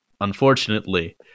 unfortunately